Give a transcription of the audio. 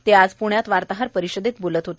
ते आज प्ण्यात वार्ताहर परिषदेत बोलत होते